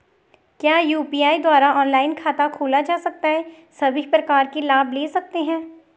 क्या यु.पी.आई द्वारा ऑनलाइन खाता खोला जा सकता है सभी प्रकार के लाभ ले सकते हैं?